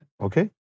Okay